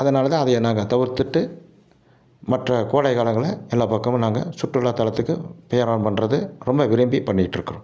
அதனால் தான் அதையே நாங்கள் தவிர்த்திட்டு மற்ற கோடை காலங்களில் எல்லா பக்கமும் நாங்கள் சுற்றுலாத் தலத்துக்கு பிரயாணம் பண்ணுறது ரொம்ப விரும்பி பண்ணிட்டுருக்கிறோம்